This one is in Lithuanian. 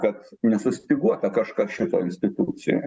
kad nesustyguota kažkas šitoj institucijoj